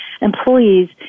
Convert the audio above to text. employees